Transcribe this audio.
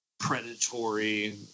predatory